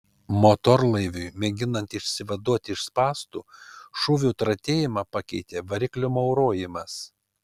motorlaiviui mėginant išsivaduoti iš spąstų šūvių tratėjimą pakeitė variklio maurojimas